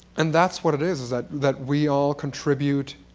and that's what it is, is that that we all contribute